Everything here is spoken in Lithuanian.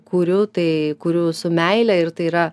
kuriu tai kuriu su meile ir tai yra